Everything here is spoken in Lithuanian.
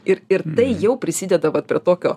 ir ir tai jau prisideda prie tokio